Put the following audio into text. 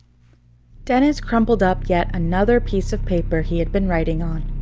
dennis crumpled up yet another piece of paper he had been writing on.